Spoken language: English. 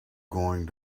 going